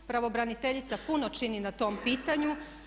Pravobraniteljica puno čini na tom pitanju.